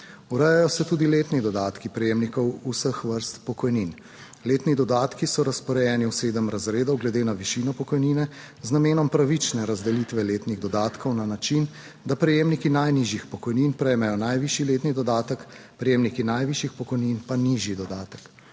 Urejajo se tudi letni dodatki prejemnikov vseh vrst pokojnin. Letni dodatki so razporejeni v sedem razredov glede na višino pokojnine z namenom pravične razdelitve letnih dodatkov na način, da prejemniki najnižjih pokojnin prejmejo najvišji letni dodatek, prejemniki najvišjih pokojnin pa nižji dodatek.